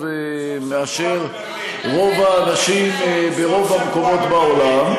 מאשר רוב האנשים ברוב המקומות בעולם.